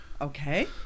Okay